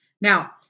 now